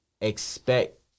expect